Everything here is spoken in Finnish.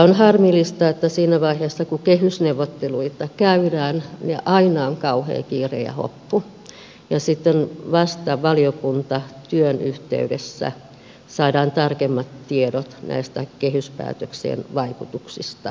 on harmillista että siinä vaiheessa kun kehysneuvotteluita käydään aina on kauhea kiire ja hoppu ja sitten vasta valiokuntatyön yhteydessä saadaan tarkemmat tiedot näistä kehyspäätök sien vaikutuksista kokonaisuudessa